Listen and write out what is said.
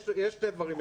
יש שני דברים.